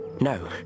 No